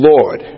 Lord